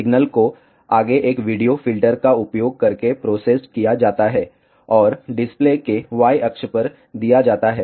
signal को आगे एक वीडियो फिल्टर का उपयोग करके प्रोसेस्ड किया जाता है और डिस्प्ले के Y अक्ष को दिया जाता है